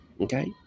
Okay